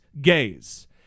gays